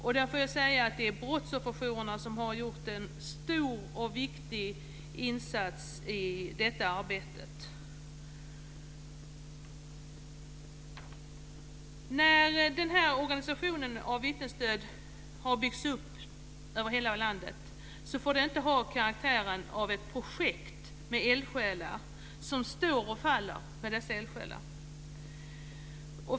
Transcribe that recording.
Därför vill jag säga att brottsofferjourerna har gjort en stor och viktig insats i detta arbete. När den här organisationen för vittnesstöd har byggts upp över hela landet får det inte ha karaktären av ett projekt med eldsjälar som står och faller med dessa eldsjälar.